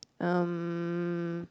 um